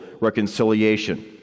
reconciliation